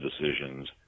decisions